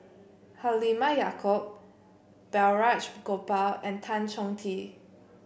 Halimah Yacob Balraj Gopal and Tan Chong Tee